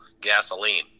gasoline